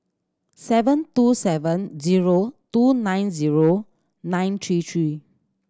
seven two seven zero two nine zero nine three three